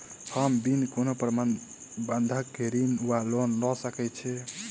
हम बिना कोनो बंधक केँ ऋण वा लोन लऽ सकै छी?